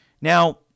Now